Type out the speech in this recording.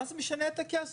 מה זה משנה את הכסף?